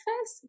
first